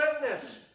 witness